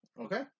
Okay